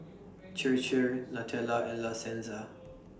Chir Chir Nutella and La Senza